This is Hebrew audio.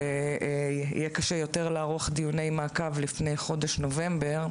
ויהיה קשה יותר לערוך דיוני מעקב לפני חודש נובמבר,